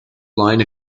line